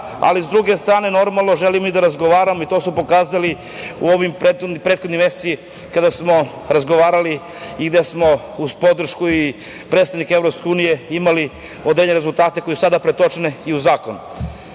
ali s druge strane normalno želimo i da razgovaramo, i to smo pokazali u ovim prethodnim mesecima kada smo razgovarali i gde smo uz podršku i predstavnike EU imali određene rezultate koji su sada pretočeni i u zakon. Ja